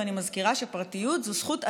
ואני מזכירה שפרטיות זו זכות אדם.